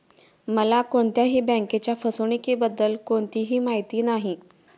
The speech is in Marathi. मला कोणत्याही बँकेच्या फसवणुकीबद्दल कोणतीही माहिती नाही